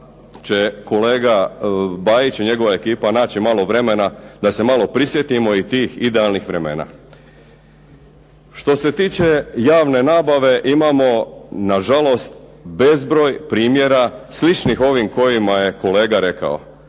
će kolega Bajić i njegova ekipa naći malo vremena da se malo prisjetimo i tih idealnih vremena. Što se tiče javne nabave imamo na žalost bezbroj primjera sličnih ovim kojima je kolega rekao.